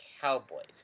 Cowboys